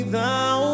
thou